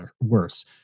worse